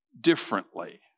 differently